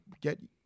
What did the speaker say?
get